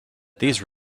these